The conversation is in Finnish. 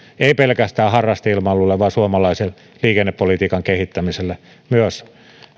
ei pelkästään harrasteilmailuille vaan suomalaisen liikennepolitiikan kehittämiselle myös